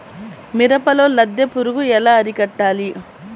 మిరపలో లద్దె పురుగు ఎలా అరికట్టాలి?